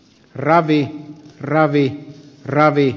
ravi ravi ravi